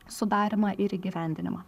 sudarymą ir įgyvendinimą